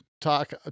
Talk